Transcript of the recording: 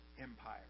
Empire